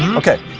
um okay